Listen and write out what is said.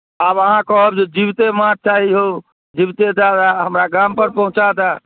आब अहाँ कहब जे जिबिते माछ चाही हओ जिबिते दऽ दए हमरा गामपर पहुँचा दए